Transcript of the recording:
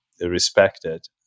respected